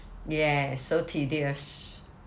yeah so tedious